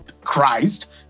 Christ